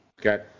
Got